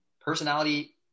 personality